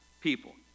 people